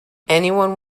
anyone